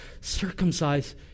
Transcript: Circumcise